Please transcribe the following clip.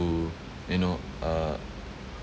you know uh